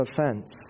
offense